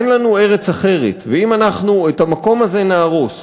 אין לנו ארץ אחרת, ואם את המקום הזה אנחנו נהרוס,